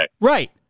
Right